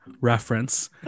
reference